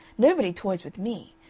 nobody toys with me.